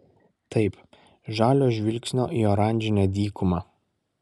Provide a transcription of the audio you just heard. taip žalio žvilgsnio į oranžinę dykumą